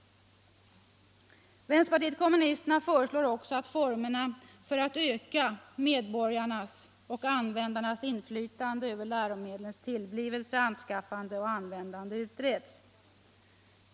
Vänsterpartiet kommunisterna föreslår också att formerna för att öka medborgarnas och användarnas inflytande över läromedlens tillblivelse, anskaffande och användande utreds.